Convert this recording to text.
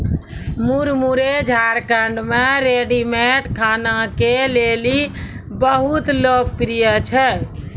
मुरमुरे झारखंड मे रेडीमेड खाना के लेली बहुत लोकप्रिय छै